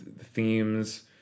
themes